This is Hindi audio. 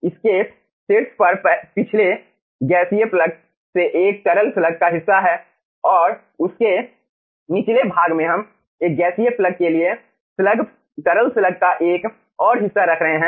इसके शीर्ष पर पिछले गैसीय प्लग से एक तरल स्लग का हिस्सा हैं और उसके निचले भाग में हम इस गैसीय प्लग के लिए तरल स्लग का एक और हिस्सा रख रहे हैं